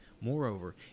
moreover